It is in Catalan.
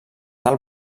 tal